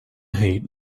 hate